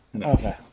Okay